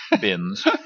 bins